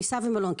טיסה ומלון,